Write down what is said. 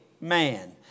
Man